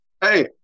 Hey